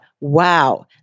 wow